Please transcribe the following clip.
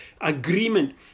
agreement